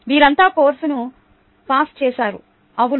వీరంతా కోర్సును పాస్ చేశారు అవును